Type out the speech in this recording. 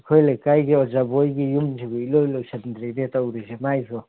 ꯑꯩꯈꯣꯏ ꯂꯩꯀꯥꯏꯒꯤ ꯑꯣꯖꯥ ꯕꯣꯏꯒꯤ ꯌꯨꯝꯁꯤꯡꯁꯤꯕꯨ ꯏꯂꯣꯏ ꯂꯣꯏꯁꯤꯟꯗ꯭ꯔꯤꯅꯦ ꯇꯧꯔꯤꯁꯦ ꯃꯥꯏꯁꯨ